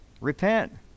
Repent